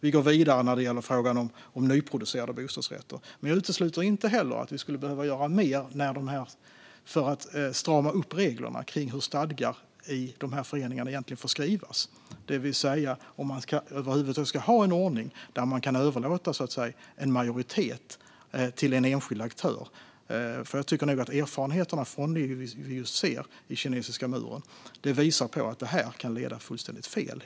Vi går vidare när det gäller frågan om nyproducerade bostadsrätter. Jag utesluter inte att vi kan behöva göra mer för att strama upp reglerna för hur stadgar i sådana föreningar egentligen får skrivas, det vill säga om man över huvud taget ska ha en ordning som innebär att man kan överlåta en majoritet till en enskild aktör. Erfarenheterna från det vi ser med Kinesiska muren visar helt enkelt att det kan leda fullständigt fel.